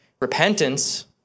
Repentance